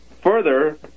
further